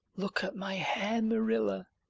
look at my hair, marilla,